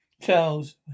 Charles